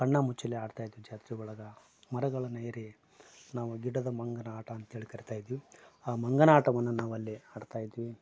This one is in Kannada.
ಕಣ್ಣಮುಚ್ಚಾಲೆ ಆಡ್ತಾಯಿದ್ವಿ ಜಾತ್ರೆ ಒಳಗೆ ಮರಗಳನ್ನ ಏರಿ ನಾವು ಗಿಡದ ಮಂಗನ ಆಟ ಅಂತೇಳಿ ಕರಿತಾಯಿದ್ವಿ ಆ ಮಂಗನ ಆಟವನ್ನ ನಾವು ಅಲ್ಲಿ ಆಡ್ತಾಯಿದ್ವಿ